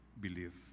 believe